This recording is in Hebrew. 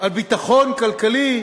על ביטחון כלכלי,